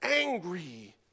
angry